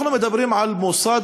אנחנו מדברים על מוסד